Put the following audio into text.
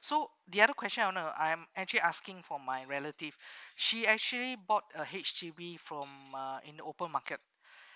so the other question I want to I'm actually asking for my relative she actually bought a H_D_B from uh in open market